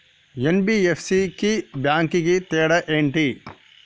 NBFC కి bank కి తేడా ఏంటి?